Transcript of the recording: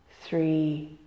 three